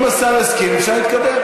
אם השר יסכים, אפשר להתקדם.